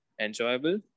enjoyable